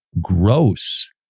gross